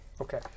Okay